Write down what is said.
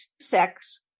sex